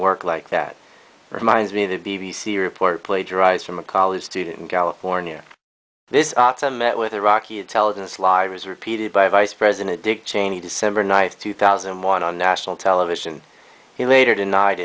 work like that reminds me of the b b c report plagiarized from a college student in california this met with iraqi intelligence live was repeated by vice president dick cheney december night two thousand and one on national television he later denied